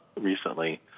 recently